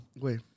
Wait